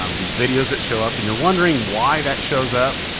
um these videos that show up and you're wondering why that shows up.